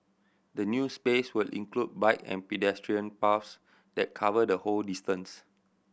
the new space will include bike and pedestrian paths that cover the whole distance